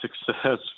success